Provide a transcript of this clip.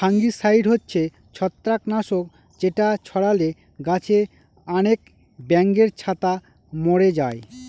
fungicide হচ্ছে ছত্রাক নাশক যেটা ছড়ালে গাছে আনেক ব্যাঙের ছাতা মোরে যায়